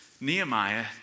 Nehemiah